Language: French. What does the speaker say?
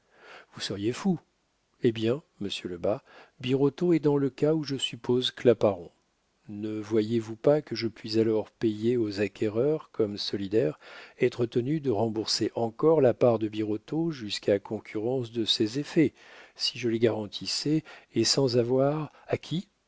vous seriez fou eh bien monsieur lebas birotteau est dans le cas où je suppose claparon ne voyez-vous pas que je puis alors payer aux acquéreurs comme solidaire être tenu de rembourser encore la part de birotteau jusqu'à concurrence de ses effets si je les garantissais et sans avoir a qui